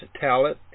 talent